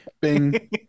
bing